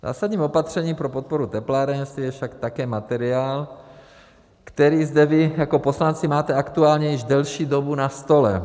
Zásadním opatřením pro podporu teplárenství je však také materiál, který zde vy jako poslanci máte aktuálně již delší dobu na stole.